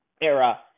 Era